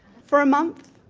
for a month?